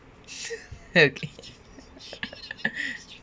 okay